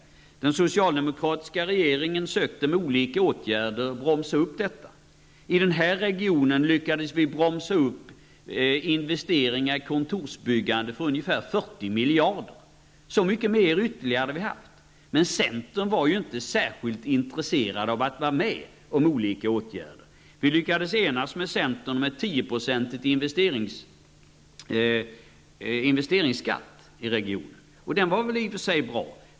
Den socialdemokratiska regeringen sökte med olika åtgärder bromsa upp överhettningen. I den här regionen lyckades regeringen bromsa upp investeringar i kontorsbyggande för ungefär 40 miljarder kronor. Så mycket mer hade det blivit. Men centern var inte särskilt intresserad av att vara med om att vidta olika åtgärder. Vi lyckades enas med centern om en tioprocentig investeringsskatt i regionen. Det var väl i och för sig bra.